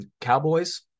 Cowboys